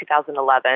2011